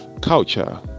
culture